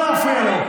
לא להפריע לו.